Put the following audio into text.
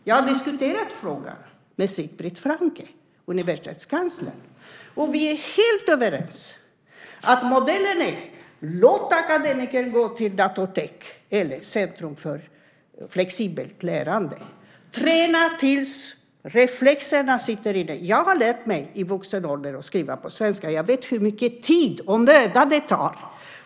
Jag har diskuterat frågan med Sigbrit Franke, universitetskanslern, och vi är helt överens: Modellen är att låta akademikerna gå till ett datortek eller ett centrum för flexibelt lärande och träna tills reflexerna sitter i. Jag har lärt mig skriva på svenska i vuxen ålder och vet hur mycket tid och möda det tar.